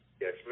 Yes